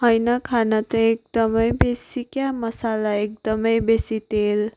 होइन खाना त एकदम बेसी क्या मसाला एकदम बेसी तेल